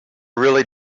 really